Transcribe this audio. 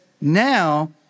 Now